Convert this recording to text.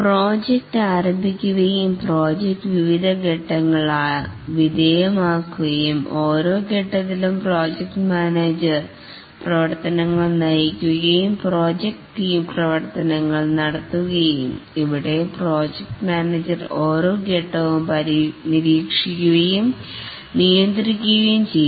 project ആരംഭിക്കുകയും project വിവിധ ഘട്ടങ്ങൾ വിധേയമാക്കുകയും ഓരോ ഘട്ടത്തിലും പ്രോജക്റ്റ് മാനേജർ പ്രവർത്തനങ്ങൾ നയിക്കുകയും പ്രോജക്ട് ടീം പ്രവർത്തനങ്ങൾ നടത്തുകയും ഇവിടെ പ്രോജക്ട് മാനേജർ ഓരോ ഘട്ടവും നിരീക്ഷിക്കുകയും നിയന്ത്രിക്കുകയും ചെയ്യുന്നു